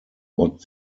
what